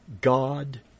God